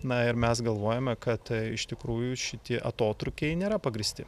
na ir mes galvojame kad iš tikrųjų šitie atotrūkiai nėra pagrįsti